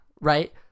Right